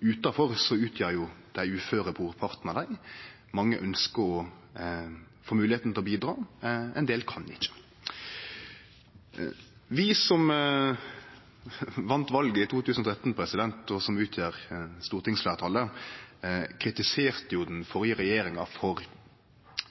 utanfor, utgjer dei uføre brorparten av dei. Mange ønskjer å få moglegheit til å bidra, ein del kan ikkje. Vi som vann valet i 2013, og som utgjer stortingsfleirtalet, kritiserte den førre regjeringa for